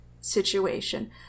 situation